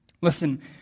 Listen